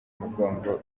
umugongo